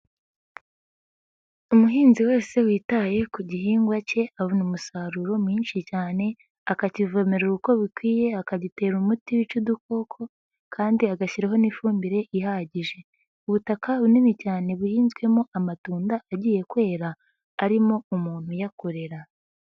Umuhinzi wese witaye ku gihingwa ke abona umusaruro mwinshi cyane akakivomera uko bikwiye, akagitera umuti wica udukoko kandi agashyiraho n'ifumbire ihagije. Ubutaka bunini cyane buhinzwemo amatunda agiye kwera harimo umuntu uyakorera.